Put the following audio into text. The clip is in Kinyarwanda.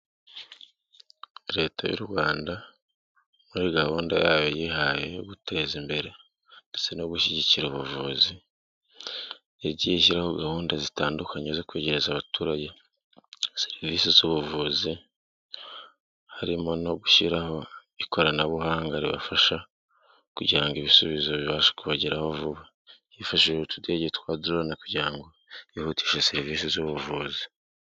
Leta y'u Rwanda muri gahunda yayo yihaye yo guteza imbere ndetse no gushyigikira ubuvuzi, yagiye ishyiraho gahunda zitandukanye zo kwegereza abaturage serivisi z'ubuvuzi harimo no gushyiraho ikoranabuhanga ribafasha kugira ngo ibisubizo bibashe kubageraho vuba, hifashishije utudege twa drone kugira ngo yihutishe serivisi z'ubuvuzi.